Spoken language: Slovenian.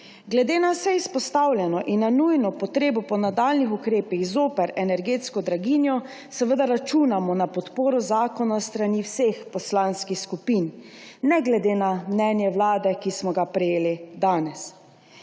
Glede na vse izpostavljeno in na nujno potrebo po nadaljnjih ukrepih zoper energetsko draginjo seveda računamo na podporo zakonu s strani vseh poslanskih skupin ne glede na mnenje Vlade, ki smo ga prejeli danes.